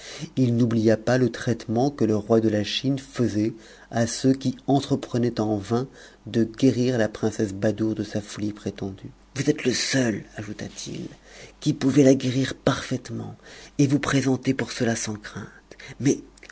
i n'oublia pas le traitement que le roi de la chine faisait à ceux qui entreprenaient en vain de guérir la princesse badoure de sa folie prétendue vous êtes le seul ajouta-t-il qui pouvez la guérir parfaitement et vous jo'escnter pour cela sans crainte mais